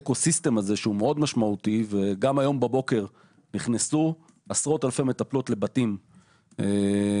גם היום בבוקר נכנסו עשרות אלפי מטפלות לבתים של